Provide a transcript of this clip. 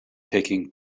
picking